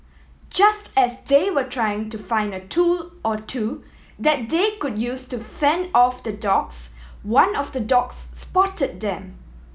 just as they were trying to find a tool or two that they could use to fend off the dogs one of the dogs spot them